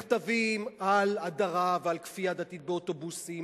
מכתבים על הדרה ועל כפייה דתית באוטובוסים